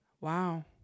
wow